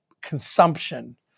consumption